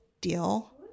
deal